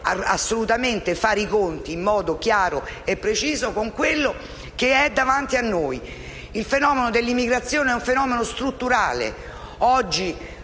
assolutamente fare i conti in modo chiaro e preciso con quello che è davanti a noi. Il fenomeno dell'immigrazione è strutturale. Oggi